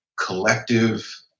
collective